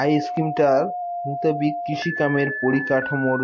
I স্কিমটার মুতাবিক কৃষিকামের পরিকাঠামর